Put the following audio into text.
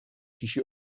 kişi